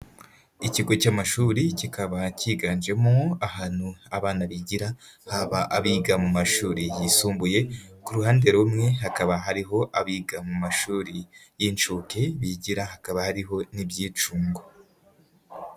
Ikigo cy'amashuri, kikaba cyiganjemo ahantu abana bigira, haba abiga mu mashuri yisumbuye, ku ruhande rumwe hakaba hariho abiga mu mashuri y'incuke bigira, hakaba hariho n'ibyicungo.